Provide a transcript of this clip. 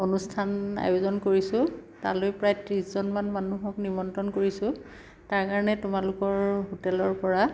অনুষ্ঠান আয়োজন কৰিছোঁ তালৈ প্ৰায় ত্ৰিছজনমান মানুহক নিমন্ত্ৰণ কৰিছোঁ তাৰ কাৰণে তোমালোকৰ হোটেলৰ পৰা